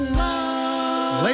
love